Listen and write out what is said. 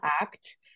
Act